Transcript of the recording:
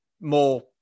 more